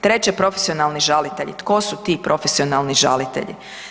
Treće, profesionalni žalitelji, tko su ti profesionalni žalitelji?